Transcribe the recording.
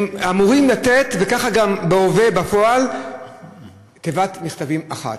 הם אמורים לתת, גם בהווה, בפועל, תיבת מכתבים אחת.